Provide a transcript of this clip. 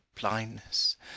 blindness